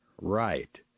right